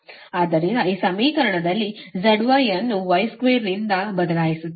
ಆದ್ದರಿಂದ ಈ ಸಮೀಕರಣದಲ್ಲಿ zy ಅನ್ನು 2 ಅನ್ನು ಇಂದ ಬದಲಾಯಿಸುತ್ತೀರಿ